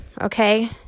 okay